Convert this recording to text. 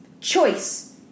Choice